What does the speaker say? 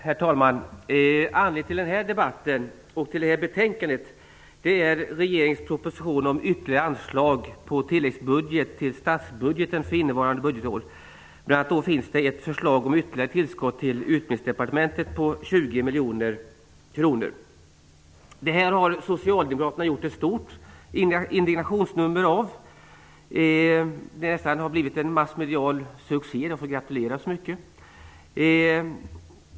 Herr talman! Anledningen till den här debatten och till det här betänkandet är regeringens proposition om ytterligare anslag på tilläggsbudget till statsbudgeten för innevarande budgetår. Bl.a. finns det ett förslag om ytterligare tillskott till Det här har Socialdemokraterna gjort ett stort indignationsnummer av. Det har nästan blivit en massmedial succé -- jag får gratulera så mycket!